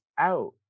out